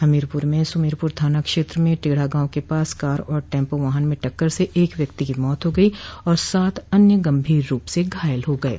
हमीरपुर में सुमेरपुर थाना क्षेत्र में टेढ़ा गांव के पास कार और टैम्पों वाहन में टक्कर से एक व्यक्ति की मौत हो गई और सात अन्य गंभीर रूप से घायल हो गये